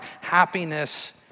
happiness